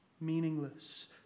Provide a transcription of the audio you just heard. meaningless